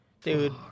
Dude